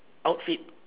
outfit